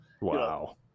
Wow